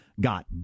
Got